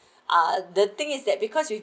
uh the thing is that because you